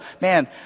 man